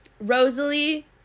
Rosalie